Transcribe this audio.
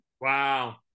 Wow